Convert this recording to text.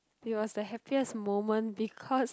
it was the happiest moment because